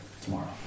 tomorrow